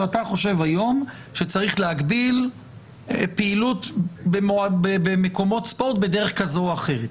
אתה חושב היום שצריך להגביל פעילות במקומות ספורט בדרך כזאת או אחרת?